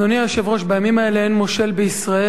אדוני היושב-ראש, בימים האלה אין מושל בישראל,